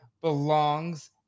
belongs